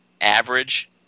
Average